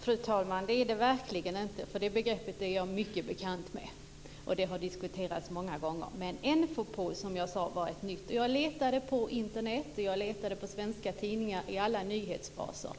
Fru talman! Nej, det är det verkligen inte. Det begreppet är jag mycket bekant med. Det har diskuterats många gånger. Men Enfopol är ett nytt begrepp, som jag sade. Jag letade på Internet och i svenska tidningar i alla nyhetsbaser.